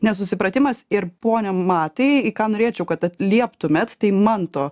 nesusipratimas ir pone matai į ką norėčiau kad atlieptumėt tai manto